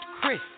Chris